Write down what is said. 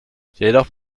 jedoch